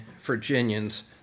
Virginians